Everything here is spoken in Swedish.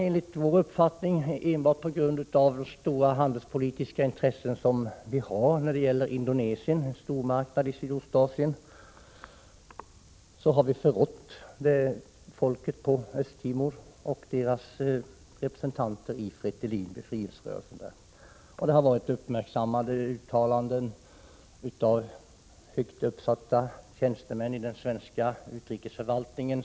Enligt vår uppfattning har man enbart på grund av de stora handelspolitiska intressen som vi har när det gäller Indonesien, en stormarknad i Sydostasien, förrått folket på Östtimor och dess representanter i befrielserörelsen Fretilin. Det har gjorts uppmärksammade uttalanden av högt uppsatta tjänstemän i den svenska utrikesförvaltningen.